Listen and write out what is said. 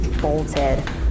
bolted